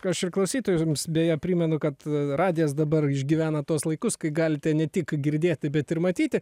aš ir klausytojams beje primenu kad radijas dabar išgyvena tuos laikus kai galite ne tik girdėti bet ir matyti